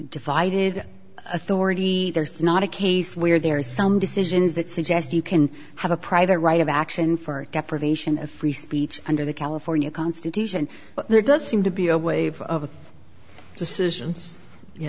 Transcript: divided authority there's not a case where there is some decisions that suggest you can have a private right of action for deprivation of free speech under the california constitution but there does seem to be a wave of decisions you